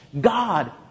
God